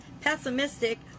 pessimistic